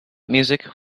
music